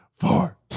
four